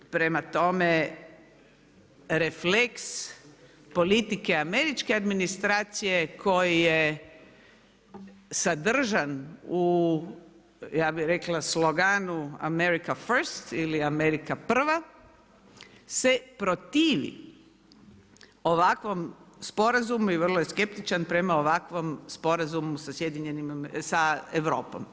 Prema tome, refleks politike američke administracije koji je sadržan u ja bi rekla u sloganu „America first“, ili Amerika prva, se protivi ovakvom sporazumu i vrlo je skeptičan prema ovakvom sporazumu sa Europom.